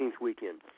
weekend